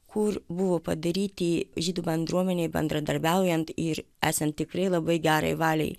kur buvo padaryti žydų bendruomenei bendradarbiaujant ir esant tikrai labai gerai valiai